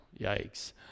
yikes